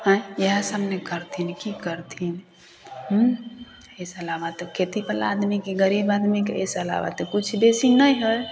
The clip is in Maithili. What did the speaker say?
आयँ इएह सब ने करथिन की करथिन हुँ एहि से अलाबा तऽ खेती बला आदमी गरीब आदमी के एहिसे अलाबा किछु बेसी नहि है